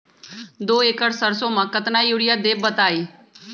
दो एकड़ सरसो म केतना यूरिया देब बताई?